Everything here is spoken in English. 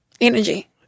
energy